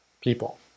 people